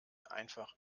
einfach